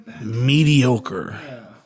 mediocre